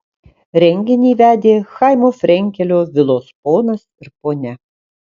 renginį vedė chaimo frenkelio vilos ponas ir ponia